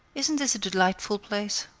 isn't this a delightful place?